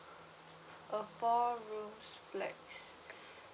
a four rooms flat